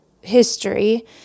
history